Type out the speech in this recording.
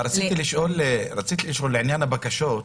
רציתי לשאול לעניין הבקשות.